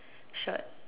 shirt